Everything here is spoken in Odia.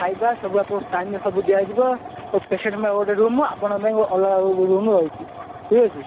ଖାଇବା ସବୁ ଆପଣଙ୍କୁ ଟାଇମ ରେ ସବୁ ଆପଣଙ୍କୁ ଦିଆଯିବ ହୋଉ ପେସେଣ୍ଟ ପାଇଁ ଗୋଟେ ରୁମ ଆପଣଙ୍କ ପାଇଁ ଅଲଗା ଗୋଟେ ରୁମ ରହିଛି ଠିକ ଅଛି